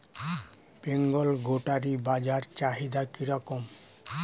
বেঙ্গল গোটারি বাজার চাহিদা কি রকম?